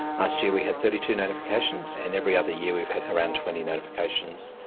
last year we had thirty two notifications and every other year we've had around twenty notifications.